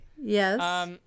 Yes